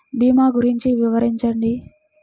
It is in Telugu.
భీమా గురించి వివరించండి?